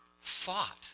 thought